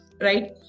right